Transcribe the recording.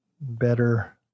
better